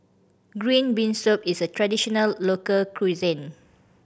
green bean soup is a traditional local cuisine